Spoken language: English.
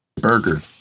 burger